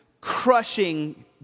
crushing